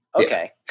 Okay